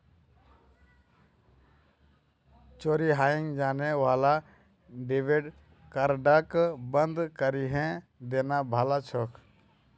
चोरी हाएं जाने वाला डेबिट कार्डक बंद करिहें देना भला छोक